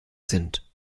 sind